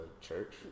church